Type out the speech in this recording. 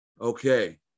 Okay